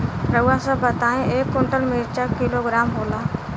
रउआ सभ बताई एक कुन्टल मिर्चा क किलोग्राम होला?